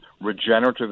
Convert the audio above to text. regenerative